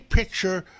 picture